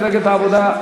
מפלגת העבודה,